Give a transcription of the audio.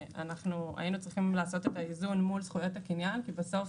היינו צריכים לעשות את האיזון מול זכויות הקניין כי בסוף